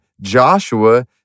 Joshua